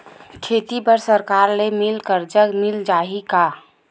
खेती बर सरकार ले मिल कर्जा मिल जाहि का?